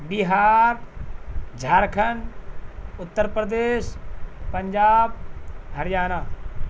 Bihar Jharkhand Uttar Pradesh Punjab Haryana